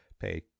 pay